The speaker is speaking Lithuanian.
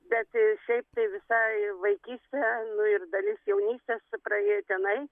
bet šiaip tai visai vaikystė nu ir dalis jaunystės praėjo tenai